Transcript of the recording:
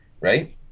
right